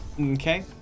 Okay